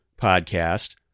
podcast